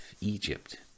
Egypt